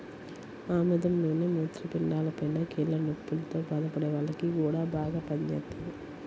ఆముదం నూనె మూత్రపిండాలపైన, కీళ్ల నొప్పుల్తో బాధపడే వాల్లకి గూడా బాగా పనిజేత్తది